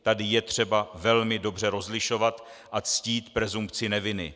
Tady je třeba velmi dobře rozlišovat a ctít presumpci neviny.